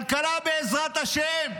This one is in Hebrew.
כלכלה בעזרת השם.